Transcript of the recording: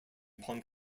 punk